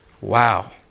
Wow